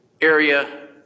area